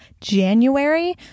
January